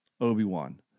Obi-Wan